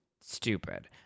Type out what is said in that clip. stupid